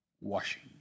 Washing